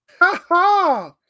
Ha-ha